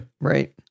Right